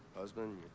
husband